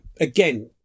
again